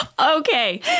Okay